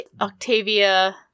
Octavia